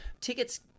Tickets